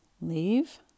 Leave